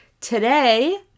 Today